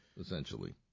essentially